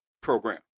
program